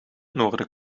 noorden